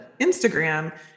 Instagram